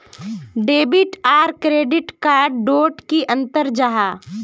Debit आर credit card डोट की अंतर जाहा?